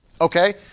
Okay